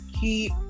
keep